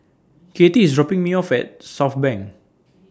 Kattie IS dropping Me off At Southbank